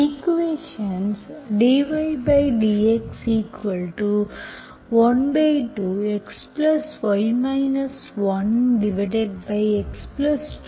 equations dydx12xy 1x22